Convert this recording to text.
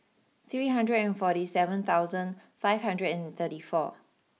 three hundred and forty seven thousand five hundred and thirty four